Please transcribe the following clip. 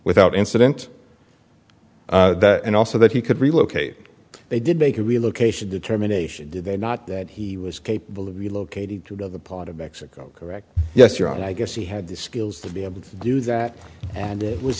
without incident and also that he could relocate they did make a relocation determination did they not that he was capable of relocating to another part of mexico correct yes your honor i guess he had the skills to be able to do that and it was